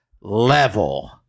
level